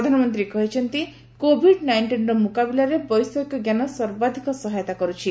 ପ୍ରଧାନମନ୍ତ୍ରୀ କହିଛନ୍ତି କୋଭିଡ୍ ନାଇଣ୍ଟିନ୍ର ମୁକାବିଲାରେ ବୈଷୟିକ ଜ୍ଞାନ ସର୍ବାଧିକ ସହାୟତା କରୁଛି